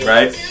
Right